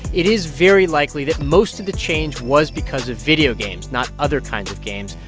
it is very likely that most of the change was because of video games not other kinds of games.